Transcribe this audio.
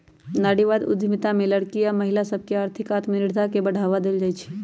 नारीवाद उद्यमिता में लइरकि आऽ महिला सभके आर्थिक आत्मनिर्भरता के बढ़वा देल जाइ छइ